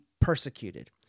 persecuted